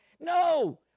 No